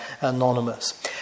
anonymous